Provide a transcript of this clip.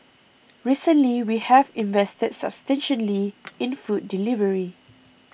recently we have invested substantially in food delivery